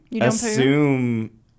assume